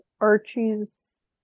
Archie's